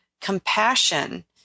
compassion